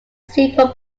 simple